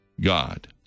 God